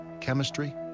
chemistry